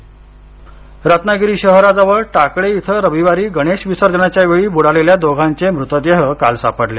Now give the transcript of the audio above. रत्नागिरी रत्नागिरी शहराजवळ टाकळे इथं रविवारी गणेश विसर्जनाच्या वेळी बुडालेल्या दोघांचे मृतदेह काल सापडले